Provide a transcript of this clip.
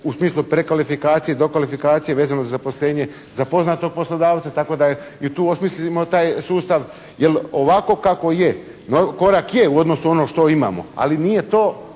u smislu prekvalifikacije i dokvalifikacije vezano za zaposlenje za poznatog poslodavca tako da i tu osmislimo taj sustav jer ovako kako je, korak je u odnosu na ono što imamo ali nije to